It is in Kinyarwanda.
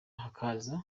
hakaza